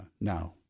Now